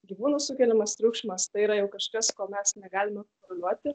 gyvūnų sukeliamas triukšmas tai yra jau kažkas ko mes negalime kontroliuoti